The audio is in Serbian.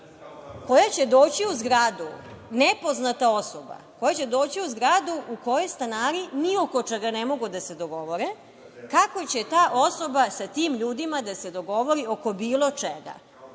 koja će doći u zgradu, nepoznata osoba koja će doći u zgradu u kojoj stanari ni oko čega ne mogu da se dogovore, kako će ta osoba sa tim ljudima da se dogovori oko bilo čega?